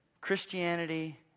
Christianity